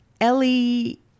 Ellie